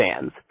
fans